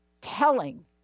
telling